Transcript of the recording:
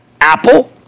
Apple